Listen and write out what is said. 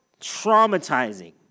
traumatizing